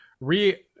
re